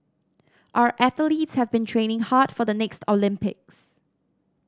our athletes have been training hard for the next Olympics